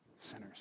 sinners